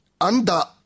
anda